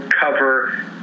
cover